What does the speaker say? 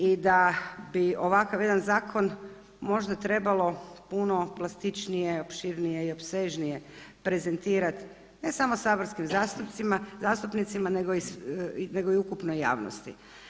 I da bi ovakav jedan zakon možda trebalo puno plastičnije, opširnije i opsežnije prezentirat ne samo saborskim zastupnicima, nego i ukupnoj javnosti.